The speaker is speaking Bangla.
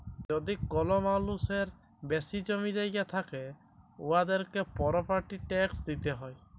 যদি কল মালুসের বেশি জমি জায়গা থ্যাকে উয়াদেরকে পরপার্টি ট্যাকস দিতে হ্যয়